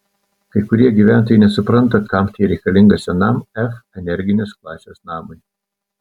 kai kurie gyventojai nesupranta kam tai reikalinga senam f energinės klasės namui